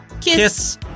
Kiss